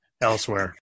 elsewhere